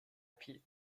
peat